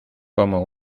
como